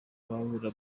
babura